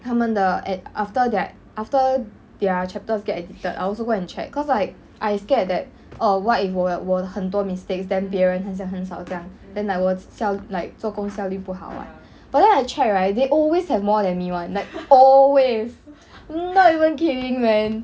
他们的 at after their after their chapter get edited I also go and check cause like I scared that oh what if 我 like 我很多 mistakes then 别人很像很少这样 then like 我效 like 做工效率不好 [what] but then I check right they always have more than me [one] like always not even kidding man